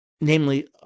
namely